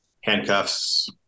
handcuffs